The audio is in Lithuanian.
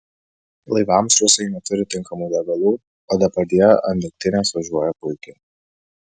laivams rusai neturi tinkamų degalų o depardjė ant degtinės važiuoja puikiai